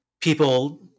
people